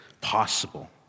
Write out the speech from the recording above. possible